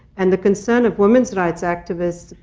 and the concern of women's rights activists,